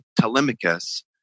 Telemachus